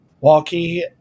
walkie